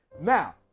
Now